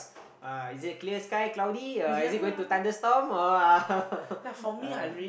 uh is it clear sky cloudy or is it going to thunderstorm or ah